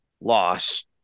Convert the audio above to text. loss